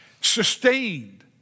sustained